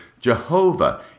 Jehovah